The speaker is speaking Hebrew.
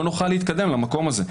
לא נוכל להתקדם למקום הזה.